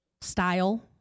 style